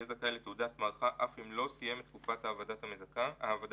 יהיה זכאי לתעודת מערכה אף אם לא סיים את תקופת העבודה לנפגעים המזכה,